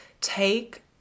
take